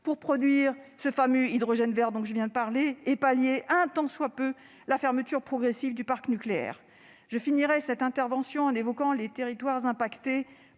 pour produire le fameux hydrogène vert dont je viens de parler et pour pallier un tant soit peu la fermeture progressive du parc nucléaire. Je conclurai cette intervention en évoquant les territoires impactés